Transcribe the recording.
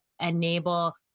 enable